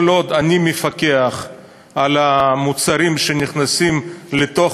כל עוד אני מפקח על המוצרים שנכנסים לתוך